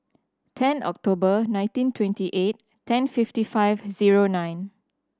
ten October nineteen twenty eight ten fifty five zero nine